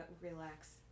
relax